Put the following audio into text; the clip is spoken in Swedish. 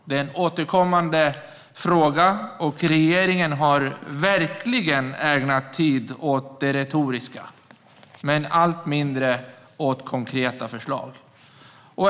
Det är en återkommande fråga, där regeringen har ägnat mycket tid åt det retoriska men allt mindre tid åt konkreta förslag.